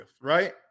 right